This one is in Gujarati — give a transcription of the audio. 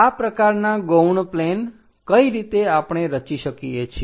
આ પ્રકારના ગૌણ પ્લેન કઈ રીતે આપણે રચી શકીએ છીએ